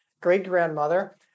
great-grandmother